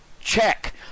check